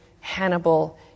hannibal